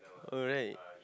correct